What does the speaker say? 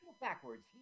backwards